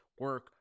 Work